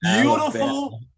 beautiful